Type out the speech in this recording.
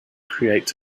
creates